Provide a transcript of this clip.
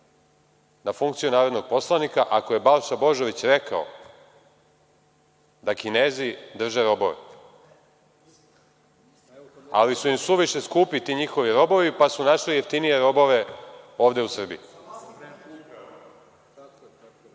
na funkciju narodnog poslanika ako je Balša Božović rekao da Kinezi drže robove ali su im suviše skupi ti njihovi robovi, pa su našli jeftinije robove ovde u Srbiji? Dakle,